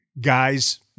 guys